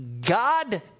God